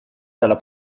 della